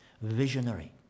visionary